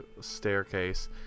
staircase